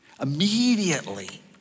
Immediately